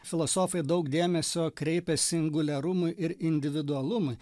filosofai daug dėmesio kreipė singuliarumui ir individualumui